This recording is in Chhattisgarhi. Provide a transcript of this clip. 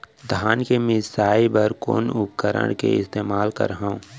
धान के मिसाई बर कोन उपकरण के इस्तेमाल करहव?